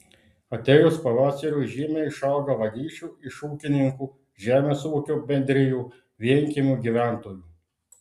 atėjus pavasariui žymiai išauga vagysčių iš ūkininkų žemės ūkio bendrijų vienkiemių gyventojų